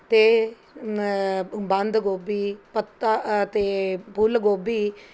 ਅਤੇ ਬੰਦ ਗੋਭੀ ਪੱਤਾ ਅਤੇ ਫੁੱਲ ਗੋਭੀ